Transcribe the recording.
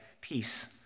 peace